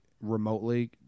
remotely